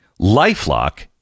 LifeLock